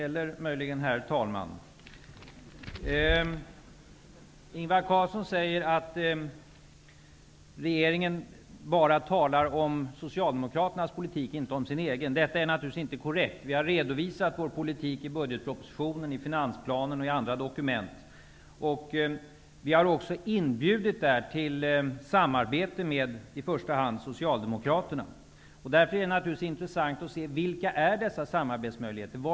Herr talman! Ingvar Carlsson säger att regeringen bara talar om Socialdemokraternas politik och inte om sin egen. Detta är naturligtvis inte korrekt. Vi har redovisat vår politik i budgetpropositionen, i finansplanen och i andra dokument, och vi har också inbjudit till samarbete med i första hand Det är naturligtvis intressant att se vilka dessa samarbetsmöjligheter är.